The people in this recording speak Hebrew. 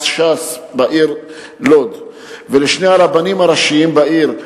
ש"ס בעיר לוד ולשני הרבנים הראשיים בעיר,